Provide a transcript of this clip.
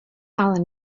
ale